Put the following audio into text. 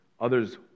others